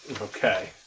Okay